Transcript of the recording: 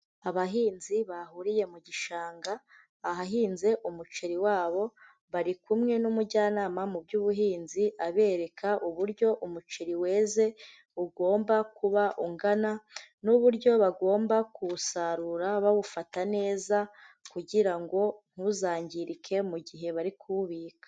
Abahinzi bahuriye mu gishanga ahahinze umuceri wabo, bari kumwe n'umujyanama mu by'ubuhinzi abereka uburyo umuceri weze ugomba kuba ungana n'uburyo bagomba kuwusarura bawufata neza kugira ngo ntuzangirike mu gihe bari kuwubika.